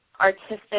artistic